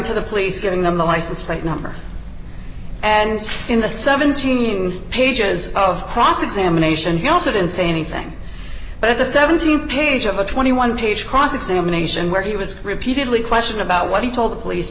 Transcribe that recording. to the police giving them the license plate number and in the seventeen pages of cross examination he also didn't say anything but the seventeen page of a twenty one page cross examination where he was repeatedly questioned about what he told the police